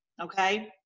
okay